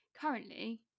currently